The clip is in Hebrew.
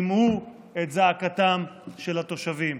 שמעו את זעקתם של התושבים.